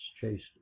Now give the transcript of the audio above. chased